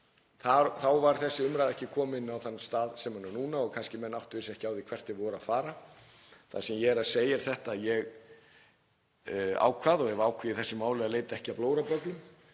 Þá var þessi umræða ekki komin á þann stað sem hún er á núna og menn kannski áttuðu sig ekki á því hvert þeir voru að fara. Það sem ég er að segja er þetta: Ég ákvað og hef ákveðið í þessu máli að leita ekki að blórabögglum